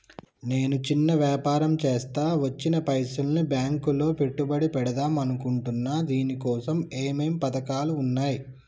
నేను చిన్న వ్యాపారం చేస్తా వచ్చిన పైసల్ని బ్యాంకులో పెట్టుబడి పెడదాం అనుకుంటున్నా దీనికోసం ఏమేం పథకాలు ఉన్నాయ్?